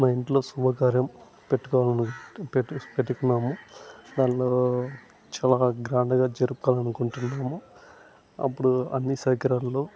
మా ఇంట్లో శుభకార్యం పెట్టుకోవాలని పెట్టు పెట్టుకున్నాము దాంట్లో చాలా గ్రాండ్గా జరుపుకోవాలి అనుకుంటున్నాము అప్పుడు అన్ని సౌకర్యాలలో